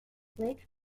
lake